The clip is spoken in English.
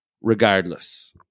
regardless